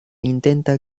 intenta